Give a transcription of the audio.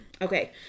Okay